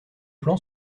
plan